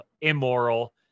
immoral